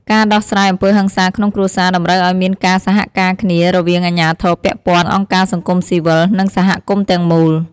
ការដោះស្រាយអំពើហិង្សាក្នុងគ្រួសារតម្រូវឲ្យមានការសហការគ្នារវាងអាជ្ញាធរពាក់ព័ន្ធ អង្គការសង្គមស៊ីវិល និងសហគមន៍ទាំងមូល។